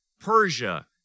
Persia